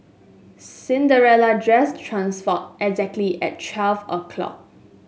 Cinderella dress transformed exactly at twelve o'clock